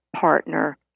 partner